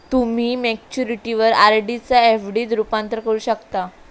तुम्ही मॅच्युरिटीवर आर.डी चा एफ.डी त रूपांतर करू शकता